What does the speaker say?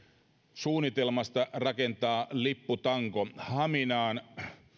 suunnitelmasta rakentaa lipputanko haminaan